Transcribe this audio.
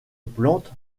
plante